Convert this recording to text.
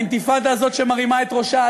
האינתיפאדה הזאת שמרימה את ראשה,